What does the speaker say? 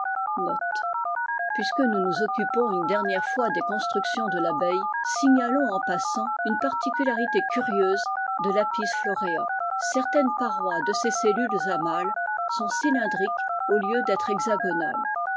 puisque nous nous occupons une dernière fois dos tructions de tabeilie signalons en passant une paru'ité curieuse de vapis florea certaines parois de ses les àniàles sont cylindriques au lieu d'être hexagonales